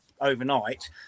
overnight